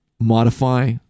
modify